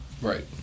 Right